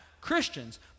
Christians